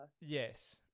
Yes